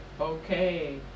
Okay